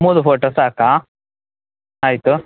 ಮೂರು ಫೋಟೊ ಸಾಕಾ ಆಯಿತು